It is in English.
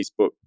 Facebook